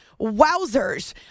wowzers